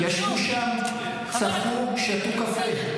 ישבו שם, צפו, שתו קפה.